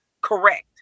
correct